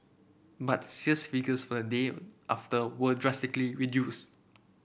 but sales figures for the day after were drastically reduced